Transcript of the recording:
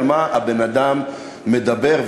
על מה הבן-אדם מדבר,